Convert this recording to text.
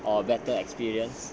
or better experience